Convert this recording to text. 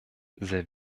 sehr